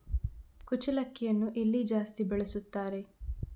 ಕುಚ್ಚಲಕ್ಕಿಯನ್ನು ಎಲ್ಲಿ ಜಾಸ್ತಿ ಬೆಳೆಸುತ್ತಾರೆ?